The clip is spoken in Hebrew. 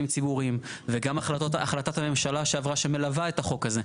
ציבוריים וגם החלטת הממשלה שעברה שמלווה את החוק הזה,